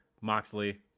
Moxley